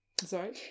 sorry